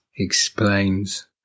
Explains